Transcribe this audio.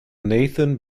nathan